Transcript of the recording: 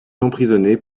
emprisonné